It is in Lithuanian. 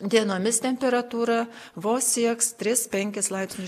dienomis temperatūra vos sieks tris penkis laipsnius